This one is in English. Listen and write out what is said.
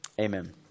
Amen